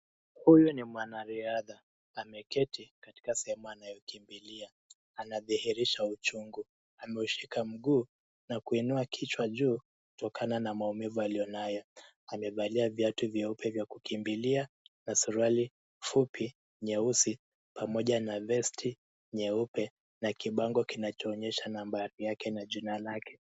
Huyu ni mwanariadha ameketi katika sehemu anayokimbilia. Anadhihirishaa uchungu. Ameushika mguu na kuinua kichwa juu kutokana na maumivu aliyonayo. Amevalia viatu vyeupe vya kukimbilia na suruali fupi nyeusi pamoja na vesti nyeupe na kibango kinachoonyesha nambari yake na jina lake.